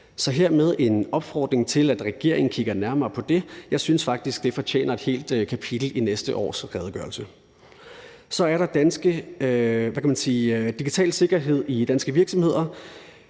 Så hermed er der en opfordring til, at regeringen kigger nærmere på det. Jeg synes faktisk, det fortjener et helt kapitel i næste års redegørelse. Så er der digital sikkerhed i danske virksomheder,